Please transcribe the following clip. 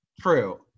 True